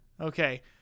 Okay